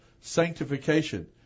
sanctification